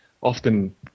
often